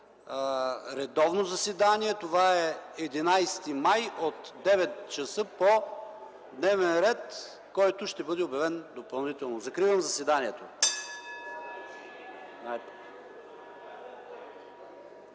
редовно заседание – това е 11 май 2011 г., от 9,00 ч., по дневен ред, който ще бъде обявен допълнително. Закривам заседанието.